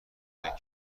دهید